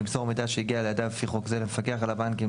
למסור מידע שהגיע לידיו לפי חוק זה למפקח על הבנקים,